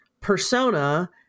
Persona